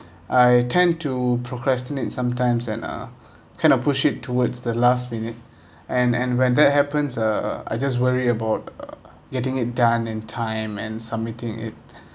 I tend to procrastinate sometimes and uh kind of push it towards the last minute and and when that happens uh I just worry about uh getting it done in time and submitting it